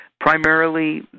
primarily